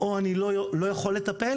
או אני לא יכול לטפל,